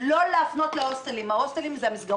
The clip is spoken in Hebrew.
להראות לכם שהנושא של הנערים והנערות האלה נמצא